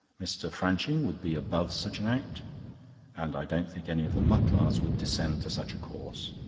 mr. franching would be above such an act and i don't think any of the mutlars would descend to such a course.